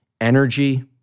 energy